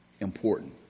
important